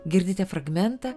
girdite fragmentą